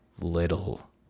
little